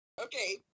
Okay